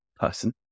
person